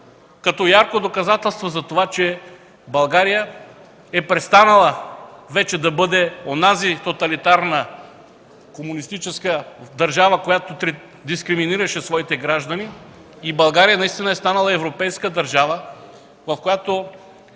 като ярко доказателство, че България е престанала вече да бъде онази тоталитарна комунистическа държава, която дискриминираше своите граждани и наистина вече е станала европейска държава, в която